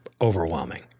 overwhelming